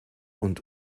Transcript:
und